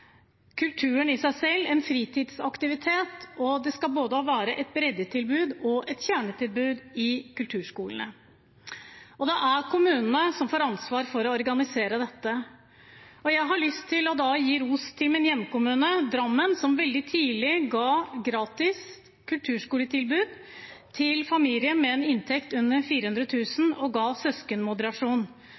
kulturen i seg selv og en fritidsaktivitet, og det skal være både et breddetilbud og et kjernetilbud i kulturskolene. Det er kommunene som får ansvar for å organisere dette. Jeg har lyst til å gi ros til min hjemkommune, Drammen, som veldig tidlig ga et gratis kulturskoletilbud til familier med en inntekt under 400 000 kr og ga søskenmoderasjon.